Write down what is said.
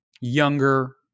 younger